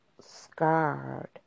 scarred